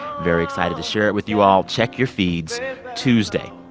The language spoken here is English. very excited to share it with you all. check your feeds tuesday.